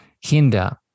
hinder